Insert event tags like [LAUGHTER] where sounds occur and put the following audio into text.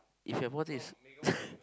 if you have more things [LAUGHS]